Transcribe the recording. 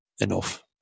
enough